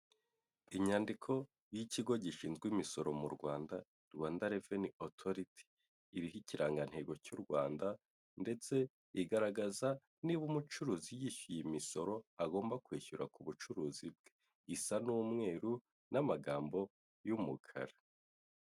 Inyandiko y'ikigo gishinzwe imisoro mu Rwanda Rwanda Reveni Otoriti, iriho ikirangantego cy'u Rwanda ndetse igaragaza niba umucuruzi yishyuye imisoro agomba kwishyura ku bucuruzi bwe isa n'umweru n'amagambo y'umukara.